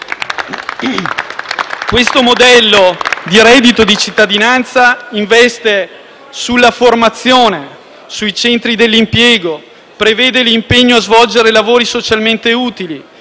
Questo modello di reddito di cittadinanza investe sulla formazione, sui centri per l'impiego, prevede l'impegno a svolgere lavori socialmente utili,